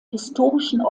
historischen